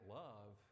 love